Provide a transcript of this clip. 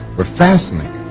were fascinating.